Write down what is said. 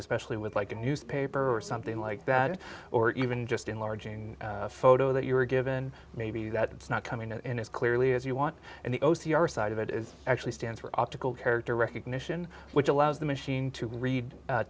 especially with like a newspaper or something like that or even just enlarging photo that you were given maybe that's not coming in as clearly as you want and the o c r side of it is actually stands for optical character recognition which allows the machine to be read